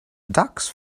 ducks